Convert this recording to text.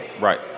right